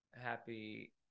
Happy